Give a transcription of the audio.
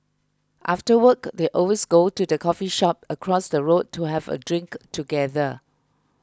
after work they always go to the coffee shop across the road to have a drink together